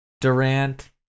Durant